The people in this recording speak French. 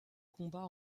combats